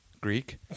Greek